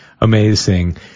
Amazing